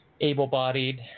able-bodied